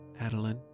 Adeline